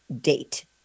date